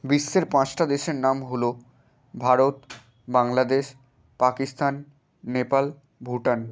বিশ্বের পাঁচটা দেশের নাম হল ভারত বাংলাদেশ পাকিস্তান নেপাল ভুটান